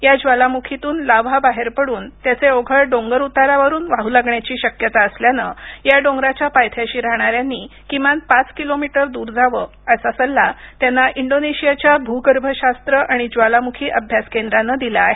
या ज्वालामुखीतून लाव्हा बाहेर पडून त्याचे ओघळ डोंगर उतारावरून वाहू लागण्याची शक्यता असल्यानं या डोंगराच्या पायथ्याशी राहणाऱ्यांनी किमान पाच किलोमीटर दूर जावं असा सल्ला त्यांना इंडोनेशियाच्या भूगर्भशास्त्र आणि ज्वालामुखी अभ्यास केंद्रानं दिला आहे